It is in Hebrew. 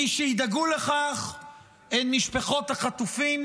מי שידאגו לכך הם משפחות החטופים,